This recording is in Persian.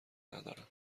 ندارم